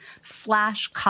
slash